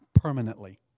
Permanently